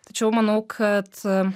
tačiau manau kad